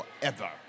forever